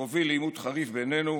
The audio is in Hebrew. אשר הוביל לעימות חריף בינינו,